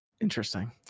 interesting